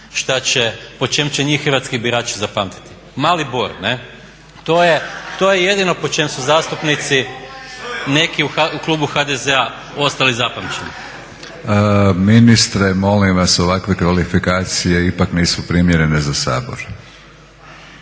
što će, po čem će njih hrvatski birači zapamtiti, mali bor to je jedino po čemu su zastupnici neki u klubu HDZ-a ostali zapamćeni. **Batinić, Milorad (HNS)** Ministre molim vas ovakve kvalifikacije ipak nisu primjerene za Sabor.